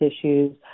issues